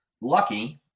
lucky